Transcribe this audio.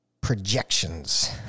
projections